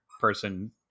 person